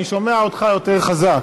אני שומע אותך יותר חזק.